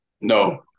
No